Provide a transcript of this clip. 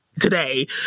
today